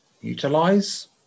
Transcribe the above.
utilize